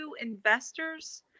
investors